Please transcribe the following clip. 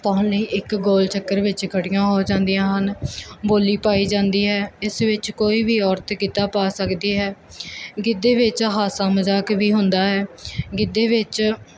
ਪਾਉਣ ਲਈ ਇੱਕ ਗੋਲ ਚੱਕਰ ਵਿੱਚ ਖੜ੍ਹੀਆਂ ਹੋ ਜਾਂਦੀਆਂ ਹਨ ਬੋਲੀ ਪਾਈ ਜਾਂਦੀ ਹੈ ਇਸ ਵਿੱਚ ਕੋਈ ਵੀ ਔਰਤ ਗਿੱਧਾ ਪਾ ਸਕਦੀ ਹੈ ਗਿੱਧੇ ਵਿੱਚ ਹਾਸਾ ਮਜ਼ਾਕ ਵੀ ਹੁੰਦਾ ਹੈ ਗਿੱਧੇ ਵਿੱਚ